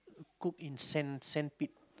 cooked in sand sand pit